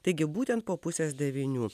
taigi būtent po pusės devynių